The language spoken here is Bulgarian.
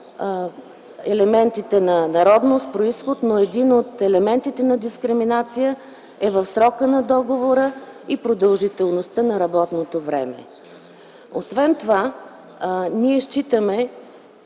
елементите на народност, произход, но един от елементите на дискриминация е в срока на договора и продължителността на работното време. Освен това, въпреки